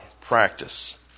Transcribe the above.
practice